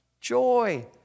joy